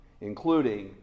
including